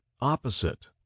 opposite